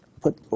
Put